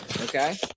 okay